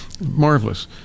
marvelous